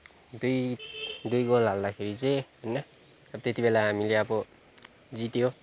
दुई दुई गोल हाल्दाखेरि चाहिँ होइन अब त्यतिबेला हामीले अब जित्यो